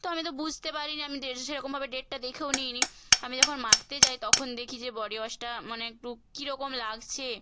তো আমি তো বুঝতে পারিনি আমি ডেট সেরকমভাবে ডেটটা দেখেও নিইনি আমি যখন মাখতে যাই তখন দেখি যে বডি ওয়াশটা মানে একটু কী রকম লাগছে